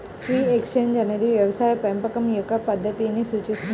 free range అనేది వ్యవసాయ పెంపకం యొక్క పద్ధతిని సూచిస్తుంది